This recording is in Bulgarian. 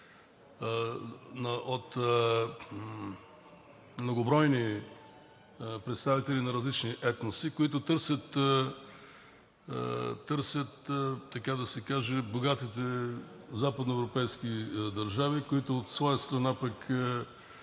от многобройни представители на различни етноси, които търсят, така да се каже, богатите западноевропейски държави, които от своя страна